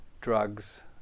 drugs